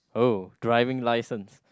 oh driving licence